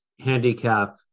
handicap